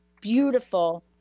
beautiful